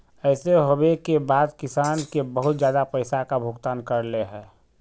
ऐसे होबे के बाद किसान के बहुत ज्यादा पैसा का भुगतान करले है?